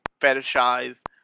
fetishize